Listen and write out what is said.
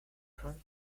drunk